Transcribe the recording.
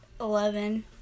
Eleven